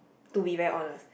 to be very honest